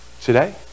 today